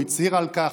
הוא הצהיר על כך.